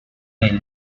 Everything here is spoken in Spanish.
del